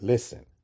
Listen